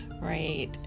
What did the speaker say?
Right